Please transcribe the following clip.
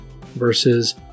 versus